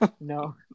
No